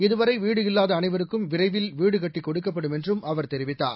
இதுவளர் வீடு இல்லாத அனைவருக்கும் விரையில் வீடு கட்டி கொடுக்கப்படும் என்றும் அவர் தெரிவித்தார்